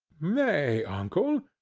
nay, uncle,